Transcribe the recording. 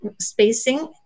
spacing